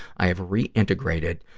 i have reintegrated,